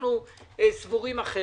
שאנו סבורים אחרת.